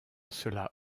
cela